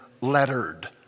lettered